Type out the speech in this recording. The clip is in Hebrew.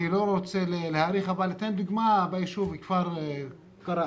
אני לא רוצה להאריך אבל אתן דוגמה ביישוב כפר קרע.